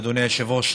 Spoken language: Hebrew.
אדוני היושב-ראש,